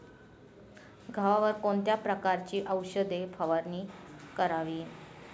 गव्हावर कोणत्या प्रकारची औषध फवारणी करावी?